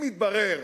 אם יתברר